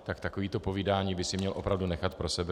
Tak takovéto povídání by si opravdu měl nechat pro sebe.